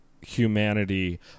humanity